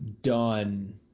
done